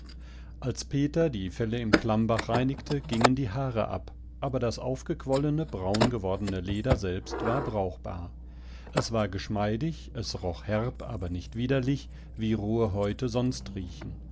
als peter die felle im klammbach reinigte gingen die haare ab aber das aufgequollene braungewordene leder selbst war brauchbar es war geschmeidig es roch herb aber nicht widerlich wie rohe häute sonst